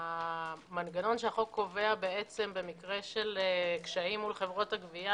המנגנון שהחוק קובע במקרה של קשיים מול חברות הגבייה